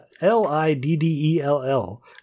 L-I-D-D-E-L-L